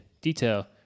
detail